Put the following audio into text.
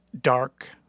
dark